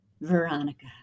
Veronica